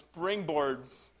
springboards